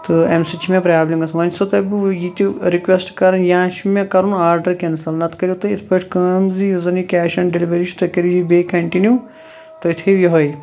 تہٕ امہِ سۭتۍ چھِ مےٚ پرابلِم گَژھان وۄنۍ چھُسو تۄہہِ بہٕ یہِ تہِ رِکیوٚسٹ کَران یا چھُ مےٚ کَرُن آرڈَر کیٚنسل نَتہٕ کٔرِو تُہۍ اِتھ پٲٹھۍ کٲم زٕ یُس زَن یہِ کیش آن ڈیٚلِوری چھُ تُہۍ کٔرِو یہِ بیٚیہِ کَنٹِنیوٗ تُہۍ تھٲیِو یہوے